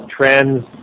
trends